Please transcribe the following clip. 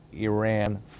Iran